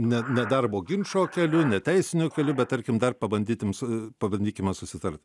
ne ne darbo ginčo keliu ne teisiniu keliu bet tarkim dar pabandytim su e pabandykime susitart